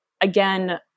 Again